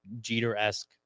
Jeter-esque